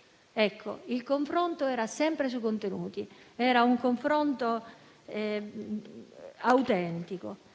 era invece sempre sui contenuti: era un confronto autentico.